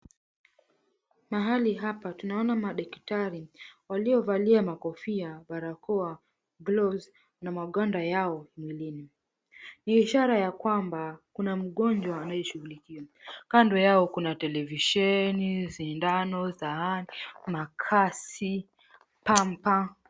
Mahali hapa tunaona madaktari waliovalia makofia, barakoa, [ca]gloves na magwanda yao mwilini. Ni ishara ya kwamba kuna mgonjwa anaeshughulikiwa kando yao kuna televisheni, sindano, sahani, makasi, pamba.